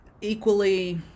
equally